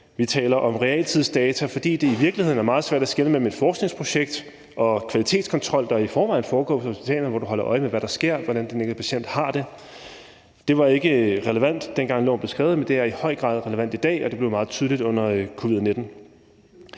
vi taler om realtidsdata, fordi det jo i virkeligheden er meget svært at skelne mellem et forskningsprojekt og den kvalitetskontrol, der jo i forvejen foregår på hospitalerne, hvor man holder øje med, hvad der sker, og hvordan den enkelte patient har det. Det var ikke relevant dengang, hvor det blev skrevet, men det er i høj grad relevant i dag, og det blev meget tydeligt under covid-19.